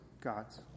God's